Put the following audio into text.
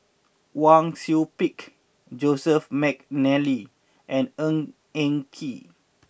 Wang Sui Pick Joseph McNally and Ng Eng Kee